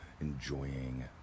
enjoying